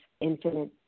infinite